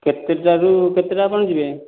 କେତେଟା ରୁ କେତେଟା ଆପଣ ଯିବେ